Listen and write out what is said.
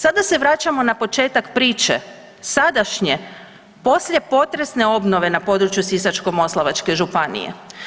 Sada se vraćamo na početak priče sadašnje poslijepotresne obnove na području Sisačko-moslavačke županije.